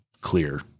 clear